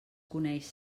coneix